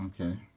Okay